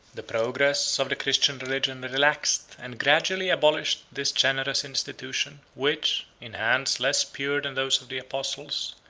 the progress of the christian religion relaxed, and gradually abolished, this generous institution, which, in hands less pure than those of the apostles,